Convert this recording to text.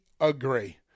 agree